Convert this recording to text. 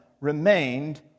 remained